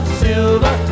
silver